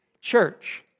Church